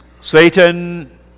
Satan